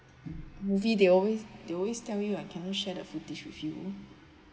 movie they always they always tell you I cannot share the footage with you